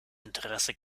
interesse